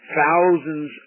thousands